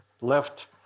left